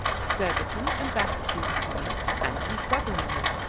surbiton and battersby were coming, and his brother-in-law.